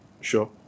Sure